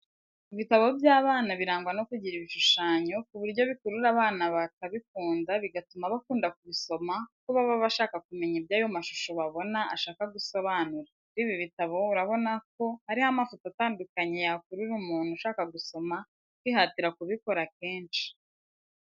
Ibitabo by'abana birangwa no kugira ibishushanyo, ku buryo bikurura abana bakabikunda bigatuma bakunda kubisoma kuko baba bashaka kumenya ibyo ayo mashusho babona ashaka gusobanura, kuri ibi bitabo urabona ko hariho amafoto atandukanye yakurura umuntu ushaka gusoma kwihatira kubikora kenshi.